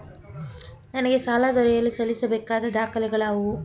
ನನಗೆ ಸಾಲ ದೊರೆಯಲು ಸಲ್ಲಿಸಬೇಕಾದ ದಾಖಲೆಗಳಾವವು?